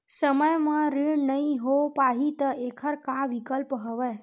समय म ऋण नइ हो पाहि त एखर का विकल्प हवय?